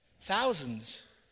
Thousands